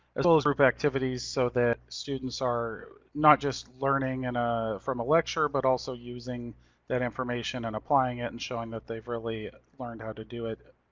as well as group activities so that students are not just learning and ah from a lecture, but also using that information and applying it and showing that they've really learned how to do it